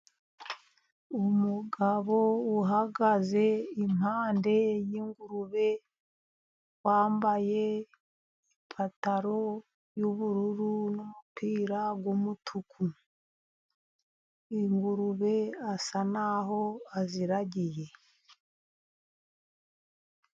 Umugabo uhagaze impande y'ingurube, wambaye ipantaro y'ubururu n'umupira w'umutuku, ingurube asa n'aho aziragiye.